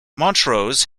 montrose